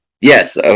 Yes